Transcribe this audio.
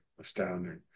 astounding